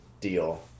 deal